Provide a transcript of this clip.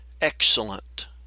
excellent